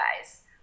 guys